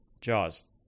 Jaws